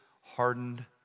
hardened